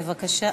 בבקשה,